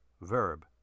verb